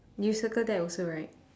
you circle that also right